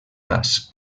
gas